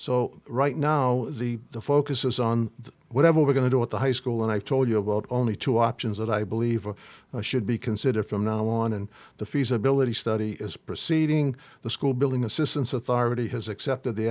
so right now the focus is on whatever we're going to do with the high school and i told you about only two options that i believe should be considered from now on and the feasibility study is proceeding the school building assistance authority has accepted the